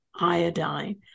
iodine